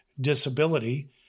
disability